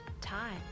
time